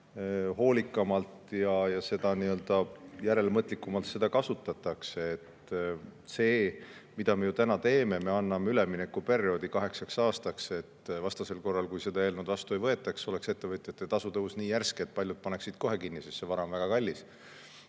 seda hoolikamalt ja järelemõtlikumalt seda kasutatakse. Mida me täna teeme, on see, et me anname üleminekuperioodi kaheksaks aastaks. Vastasel korral, kui seda eelnõu vastu ei võetaks, oleks ettevõtjatele tasu tõus nii järsk, et paljud paneksid kohe kinni, sest see vara on väga kallis.